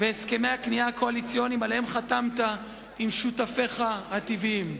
והסכמי הכניעה הקואליציוניים שעליהם חתמת עם "שותפיך הטבעיים",